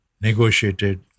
negotiated